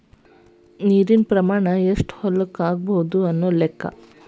ನೇರಿನ ಪ್ರಮಾಣಾ ಎಷ್ಟ ಹೊಲಕ್ಕ ಆಗಬಹುದು ಅನ್ನು ಲೆಕ್ಕಾ